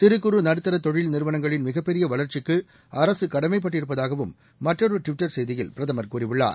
சிறு குறு நடுத்தர தொழில் நிறுவனங்களின் மிகப் பெரிய வளர்ச்சிக்கு அரசு கடமைப்பட்டிருப்பதாகவும் மற்றொரு ட்விட்டர் செய்தியில் பிரதமர் கூறியுள்ளார்